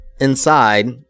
Inside